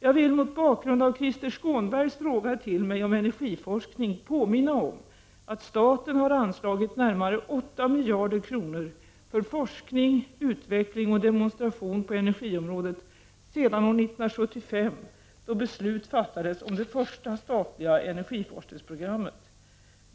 Jag vill mot bakgrund av Krister Skånbergs fråga till mig om energiforskning påminna om att staten har anslagit närmare 8 miljarder kronor för forskning, utveckling och demonstration på energiområdet sedan år 1975, då beslut fattades om det första statliga energiforskningsprogrammet.